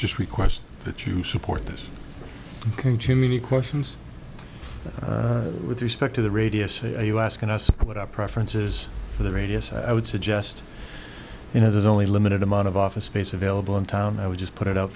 just request that you support this any questions with respect to the radius of you asking us what our preference is for the radius i would suggest you know there's only a limited amount of office space available in town i would just put it